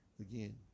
again